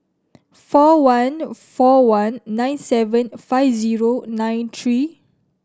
four one four one nine seven five zero nine three